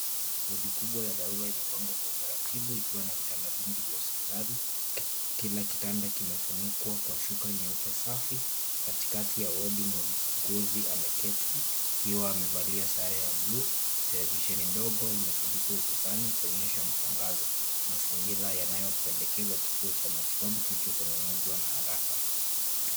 Wodi kubwa ya dharura imepangwa kwa utaratibu ikiwa na vitanda vingi vya hosipitali, kila kitanda kimefunikwa kwa shuka nyeupe safi, katikati ya wodi muuguzi ameketi akiwa amevalia sare ya bluu, televisheni ndogo imetundikwa ukutani ikionyesha matangazo. Mazingira yanayopendekeza kituo cha matibabu kilichotengenezwa kwa haraka.